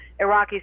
Iraqis